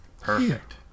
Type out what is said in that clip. Perfect